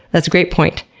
that's a great point.